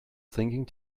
thinking